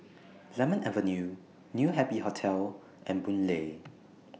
Lemon Avenue New Happy Hotel and Boon Lay